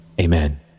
Amen